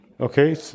Okay